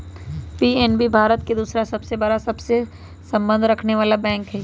PNB Bharat के दूसरा सबसे बड़ा सबसे संबंध रखनेवाला बैंक हई